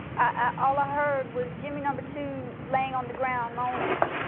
i ah ah heard was jimmy number two laying on the ground, moaning.